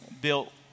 built